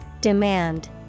Demand